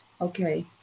Okay